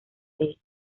day